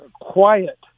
quiet